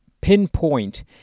pinpoint